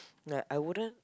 like I wouldn't